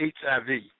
HIV